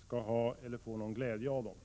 skall ha eller få någon glädje av denna.